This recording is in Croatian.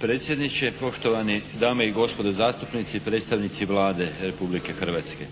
predsjedniče, poštovane dame i gospodo zastupnici, predstavnici Vlade Republike Hrvatske.